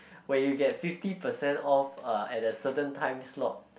where you get fifty percent off at a certain time slot